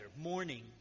morning